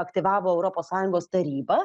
aktyvavo europos sąjungos taryba